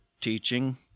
teaching